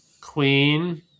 Queen